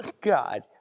God